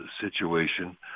situation